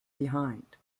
behind